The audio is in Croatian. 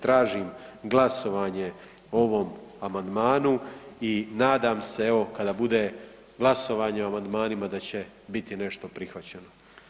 Tražim glasovanje o ovom amandmanu i nadam se evo kada bude glasovanje o amandmanima da će biti nešto prihvaćeno.